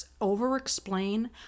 over-explain